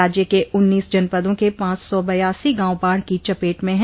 राज्य के उन्नीस जनपदों के पांच सौ बयासी गांव बाढ़ की चपेट में हैं